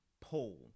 poll